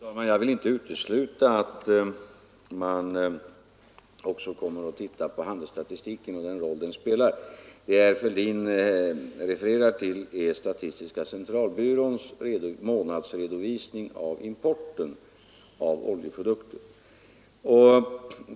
Fru talman! Jag vill inte utesluta att man också kommer att titta på handelsstatistiken och den roll denna spelar. Vad herr Fälldin refererar till är statistiska centralbyråns månadsredovisning av importen av oljeprodukter.